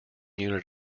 unit